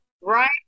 right